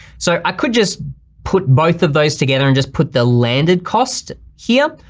so i could just put both of those together and just put the landed cost here,